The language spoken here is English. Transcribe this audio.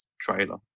trailer